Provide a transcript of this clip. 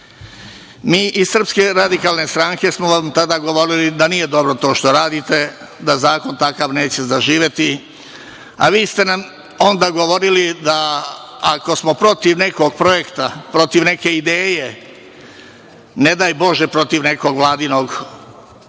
itd. Mi iz SRS smo vam tada govorili da nije dobro to što radite, da zakon takav neće zaživeti, a vi ste nam onda govorili da, ako smo protiv nekog projekta, protiv neke ideje, ne daj Bože, protiv nekog vladinog člana,